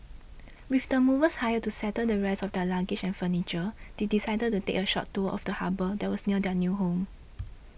with the movers hired to settle the rest of their luggage and furniture they decided to take a short tour first of the harbour that was near their new home